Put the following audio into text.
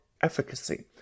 efficacy